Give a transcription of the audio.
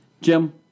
Jim